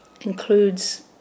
includes